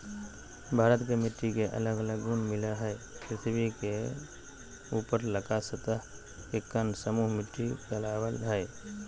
भारत के मिट्टी के अलग अलग गुण मिलअ हई, पृथ्वी के ऊपरलका सतह के कण समूह मिट्टी कहलावअ हई